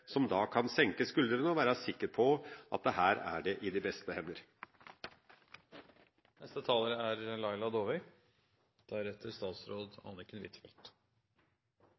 som da kan senke skuldrene og være sikre på at her er de i de beste hender. Saken vi har til behandling i dag, er